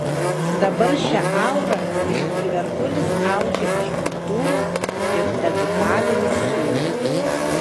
dabar šią aurą liverpulis audžia iš kultūros ir edukavimo siūlų